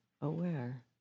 aware